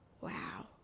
Wow